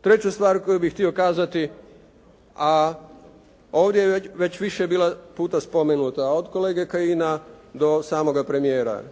Treća stvar koju bih htio kazati a ovdje je već više puta bila spomenuta od kolege Kajina do samoga premijera.